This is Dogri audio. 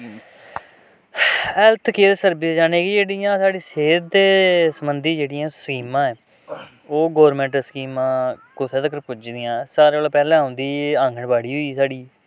हैल्थ केयर सर्विस यानि कि जेह्ड़ियां साढ़ी सेह्त दे संबंधी जेह्ड़ियां स्कीमां ऐ ओह् गोरमैंट स्कीमां कुत्थै तक्कर पुज्जी दियां सारे कोला पैह्लें औंदी आंगनवाड़ी होई गेई साढ़ी